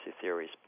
theories